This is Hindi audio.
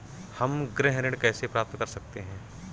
हम गृह ऋण कैसे प्राप्त कर सकते हैं?